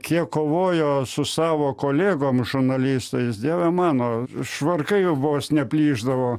kiek kovojo su savo kolegom žurnalistais dieve mano švarkai vos neplyšdavo